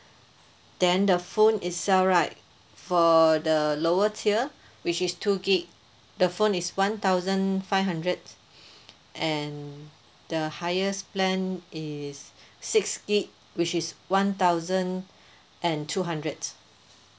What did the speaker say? then the phone itself right for the lower tier which is two gig the phone is one thousand five hundred and the highest plan is six gig which is one thousand and two hundred